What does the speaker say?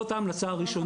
זאת ההמלצה הראשונה שלי.